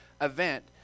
event